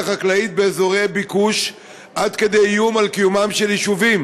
חקלאית באזורי ביקוש עד כדי איום על קיומם של יישובים.